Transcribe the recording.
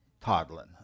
toddling